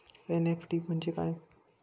NEFT म्हणजे काय?